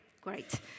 great